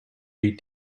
read